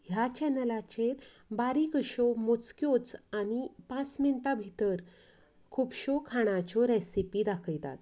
ह्या चॅनलाचेर बारीक अश्यो मोजक्योच आनी पांच मिणटां भितर खुबश्यो खाणाच्यो रॅसिपी दाखयतात